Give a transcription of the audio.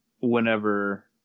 whenever